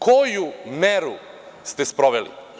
Koju meru ste sproveli?